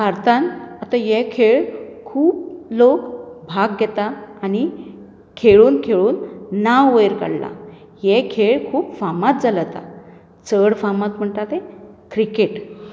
भारतांत आतां हे खेळ खूब लोक भाग घेता आनी खेळून खेळून नांव वयर काडला हे खेळ खूब फामाद जाला आतां चड फामाद म्हणटा तें क्रिकेट